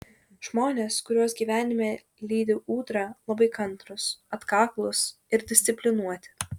žmonės kuriuos gyvenime lydi ūdra labai kantrūs atkaklūs ir disciplinuoti